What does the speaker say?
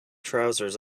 trousers